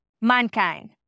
mankind